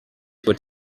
would